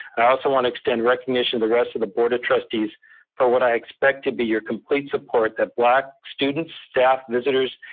and i also wanna extend recognition to the rest of the board of trustees for what i expect to be your complete support that black students, staff, visitors,